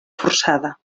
forçada